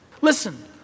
Listen